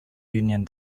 union